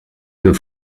für